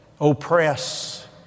oppress